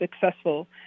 successful